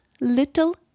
little